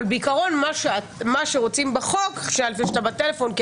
אבל אתה בטלפון ואתם לא יכולים,